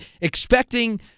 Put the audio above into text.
expecting